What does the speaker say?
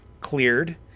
cleared